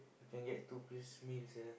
you can get two piece meal sia